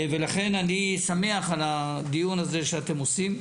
לכן אני שמח על הדיון הזה שאתם עושים.